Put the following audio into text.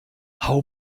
hau